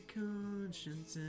conscience